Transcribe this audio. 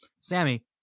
sammy